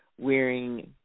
wearing